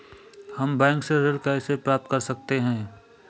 हम बैंक से ऋण कैसे प्राप्त कर सकते हैं?